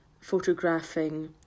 photographing